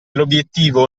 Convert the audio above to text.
l’obiettivo